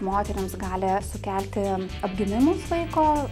moterims gali sukelti apgimimus vaiko